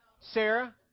Sarah